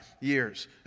years